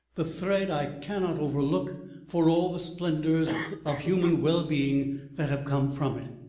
the thread i cannot overlook for all the splendors of human well-being that have come from it.